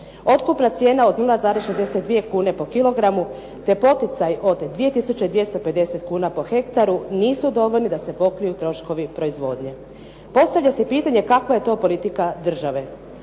Otkupna cijena od 0,62 kune po kilogramu, te poticaj od 2250 kuna po hektaru nisu dovoljni da se pokriju troškovi proizvodnje. Postavlja se pitanje kakva je to politika države?